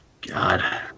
God